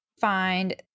find